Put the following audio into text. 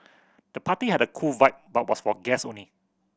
the party had a cool vibe but was for guest only